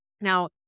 Now